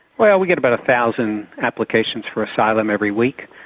well we get about a thousand applications for asylum every week.